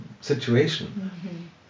situation